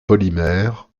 polymères